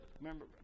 remember